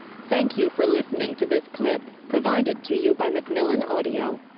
thank you for listening to this clip, provided to you by macmillan audio.